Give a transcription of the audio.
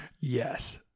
yes